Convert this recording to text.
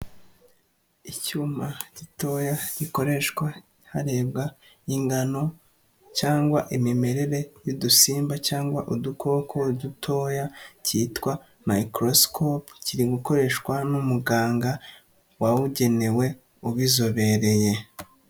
Icyuma gitoya gikoreshwa harebwa ingano cyangwa imimerere y'udusimba cyangwa udukoko dutoya cyitwa Microscope, kiri gukoreshwa n'umuganga wabugenewe ubizobereye.